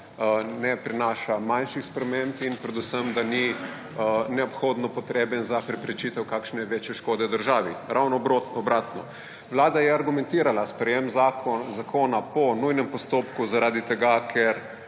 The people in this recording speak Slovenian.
ne prinaša manjših sprememb in predvsem, da ni neobhodno potreben za preprečitev kakšne večje škode državi ravno obratno. Vlada je argumentirala sprejem zakona po nujen postopku, zaradi tega, ker